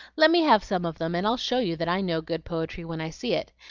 let me have some of them, and i'll show you that i know good poetry when i see it.